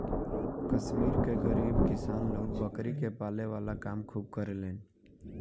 कश्मीर के गरीब किसान लोग बकरी के पाले वाला काम खूब करेलेन